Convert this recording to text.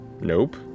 Nope